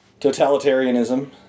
totalitarianism